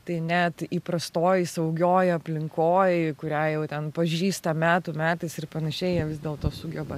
tai net įprastoj saugioj aplinkoj kurią jau ten pažįsta metų metais ir panašiai jie vis dėlto sugeba